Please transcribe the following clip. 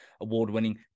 award-winning